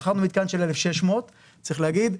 שכרנו מתקן של 1,600. צריך להגיד,